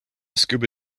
scuba